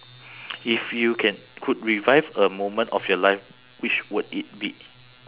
if you can could revive a moment of your life which would it be